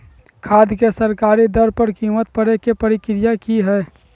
खाद के सरकारी दर पर कीमत पता करे के प्रक्रिया की हय?